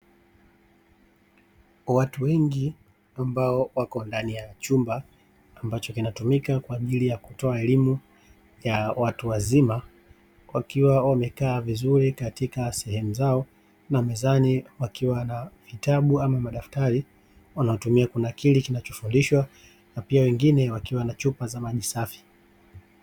Watu wengi ambao wako ndani ya chumba ambacho kinatumika kwa ajili ya kutoa elimu ya watu wazima, wakiwa wamekaa vizuri katika sehemu zao na mezani wakiwa na vitabu ama madaftari wanaotumia kunakili kinachofundishwa na pia wengine wakiwa na chupa za maji safi.